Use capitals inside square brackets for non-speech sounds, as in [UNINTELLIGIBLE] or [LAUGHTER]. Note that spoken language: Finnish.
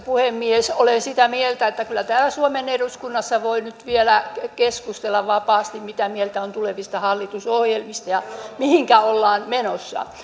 puhemies olen sitä mieltä että kyllä täällä suomen eduskunnassa voi nyt vielä keskustella vapaasti mitä mieltä on tulevista hallitusohjelmista ja mihinkä ollaan menossa [UNINTELLIGIBLE]